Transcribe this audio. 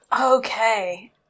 Okay